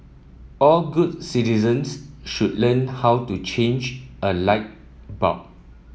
all good citizens should learn how to change a light bulb